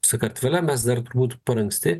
sakartvele mes dar turbūt per anksti